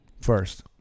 First